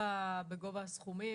בעיקר בגובה הסכומים.